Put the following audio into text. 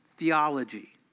theology